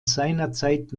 seinerzeit